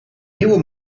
nieuw